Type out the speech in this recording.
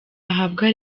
ahabwa